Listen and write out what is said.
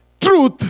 truth